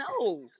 no